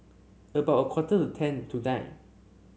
about a quarter to ten tonight